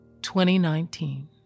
2019